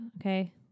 okay